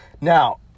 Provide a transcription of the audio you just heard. Now